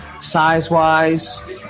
size-wise